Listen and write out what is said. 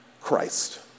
Christ